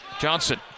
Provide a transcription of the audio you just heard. Johnson